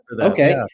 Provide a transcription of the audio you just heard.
Okay